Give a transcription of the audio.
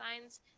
signs